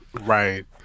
right